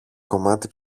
κομμάτι